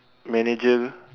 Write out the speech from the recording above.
manager